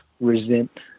resent